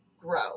grow